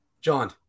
john